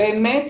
באמת,